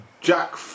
Jack